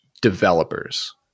developers